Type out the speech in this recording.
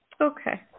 Okay